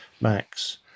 Max